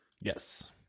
Yes